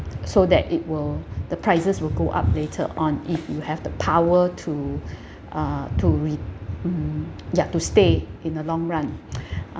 so that it will the prices will go up later on if you have the power to uh to read mm ya to stay in the long run